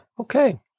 Okay